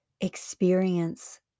experience